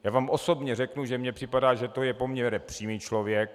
Já vám osobně řeknu, že mi připadá, že to je poměrně přímý člověk.